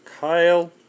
Kyle